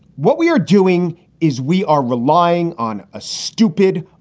what we are doing is we are relying on a stupid,